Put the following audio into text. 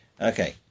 Okay